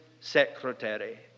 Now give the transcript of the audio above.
secretary